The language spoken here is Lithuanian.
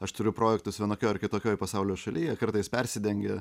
aš turiu projektus vienokioj ar kitokioje pasaulio šalyje jie kartais persidengia